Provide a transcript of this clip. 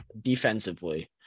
defensively